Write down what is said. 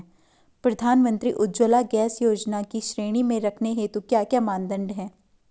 प्रधानमंत्री उज्जवला गैस योजना की श्रेणी में रखने हेतु क्या क्या मानदंड है?